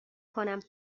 کنم